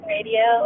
Radio